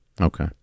Okay